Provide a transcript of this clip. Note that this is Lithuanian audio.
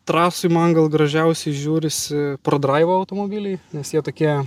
trasoj man gal gražiausiai žiūrisi prodraivo automobiliai nes jie tokie